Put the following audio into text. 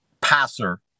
passer